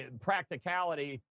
practicality